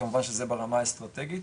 וכמובן שזה ברמה האסטרטגית,